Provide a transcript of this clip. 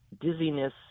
dizziness